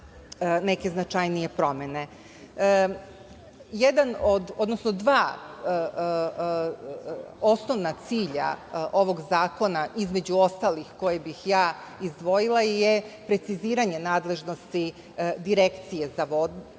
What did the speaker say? neke značajnije promene. Dva osnovna cilja ovog zakona, između ostalih, koje bih ja izdvojila je preciziranje nadležnosti Direkcije za vodne